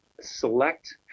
select